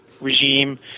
regime